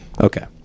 Okay